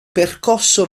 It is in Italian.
percosso